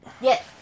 Yes